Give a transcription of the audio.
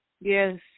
Yes